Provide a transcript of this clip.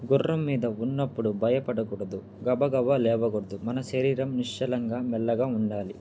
గుర్రం మీద ఉన్నప్పుడు భయపడకూడదు గబాగబా లేవకూడదు మన శరీరం నిశ్చలంగా మెల్లగా ఉండాలి